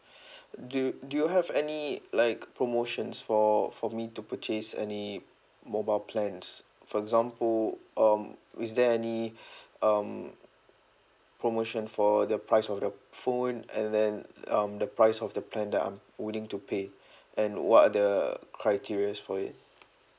do you do you have any like promotions for for me to purchase any mobile plans for example um is there any um promotion for the price of the phone and then um the price of the plan that I'm willing to pay and what are the criterias for it